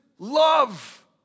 Love